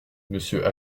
monsieur